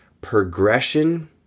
progression